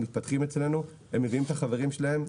הם מתפתחים אצלנו והם מביאים את החברים שלהם.